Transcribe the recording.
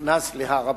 נכנס להר-הבית.